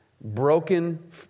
Broken